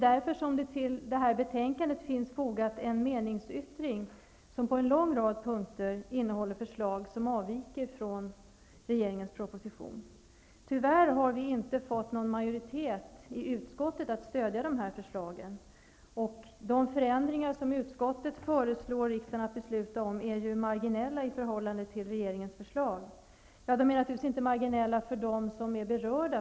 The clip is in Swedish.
Därför finns det till betänkandet fogat en meningsyttring som på en rad punkter innehåller förslag som avviker från regeringens proposition. Tyvärr har vi inte fått någon majoritet i utskottet för att stödja dessa förslag. De förändringar som utskottet föreslår riksdagen att besluta om kan verka marginella i förhållande till regeringens förslag. Men de är inte marginella för dem som är berörda.